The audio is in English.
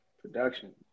Production